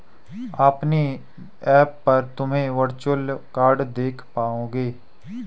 अपने ऐप पर तुम वर्चुअल कार्ड देख पाओगे